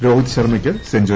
രോഹിത് ശർമ്മയ്ക്ക് സെഞ്ചറി